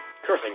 cursing